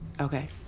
Okay